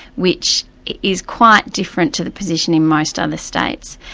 which is quite different to the position in most other states,